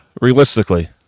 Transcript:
realistically